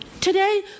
Today